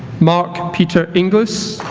mark peter inglis